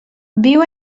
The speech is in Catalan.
viu